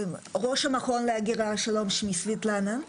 שלום שמי סבטלנה,